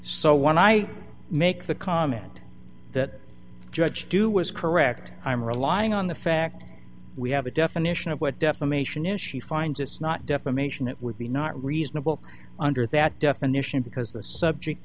so when i make the comment that judge do was correct i'm relying on the fact that we have a definition of what defamation is she finds it's not defamation it would be not reasonable under that definition because the subject